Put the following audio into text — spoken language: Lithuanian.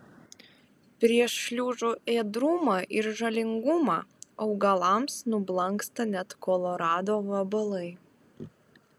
prieš šliužų ėdrumą ir žalingumą augalams nublanksta net kolorado vabalai